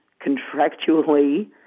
contractually